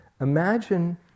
Imagine